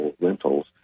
rentals